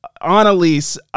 Annalise